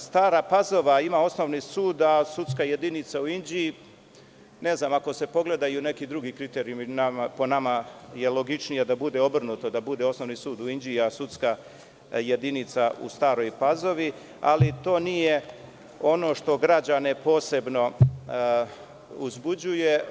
Stara Pazova ima osnovni sud, a sudska jedinica u Inđiji, ako se pogledaju neki drugi kriterijumi po nama je logičnije da bude obrnuto, da bude osnovi sud u Inđiji, a sudska jedinica u Staroj Pazovi, ali to nije ono što građane posebno uzbuđuje.